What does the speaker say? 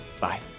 Bye